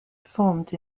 performed